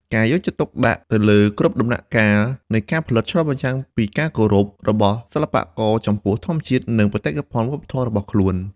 ការយកចិត្តទុកដាក់ទៅលើគ្រប់ដំណាក់កាលនៃការផលិតឆ្លុះបញ្ចាំងពីការគោរពរបស់សិល្បករចំពោះធម្មជាតិនិងបេតិកភណ្ឌវប្បធម៌របស់ខ្លួន។